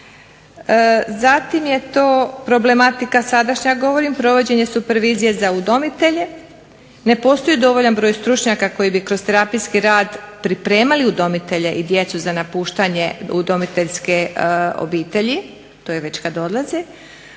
Zatim je to problematika sadašnja, ja govorim provođenje supervizije za udomitelje, ne postoji dovoljan broj stručnjaka koji bi kroz terapijski rad pripremali udomitelje i djece za napuštanje udomiteljske obitelji to je već kada odlaze.